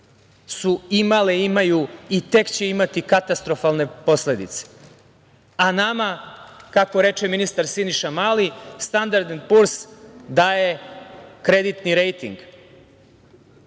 su imale, imaju i tek će imati katastrofalne posledice, a nama, kako reče ministar, Siniša Mali, „Standard and Poor's“ daje kreditni rejting.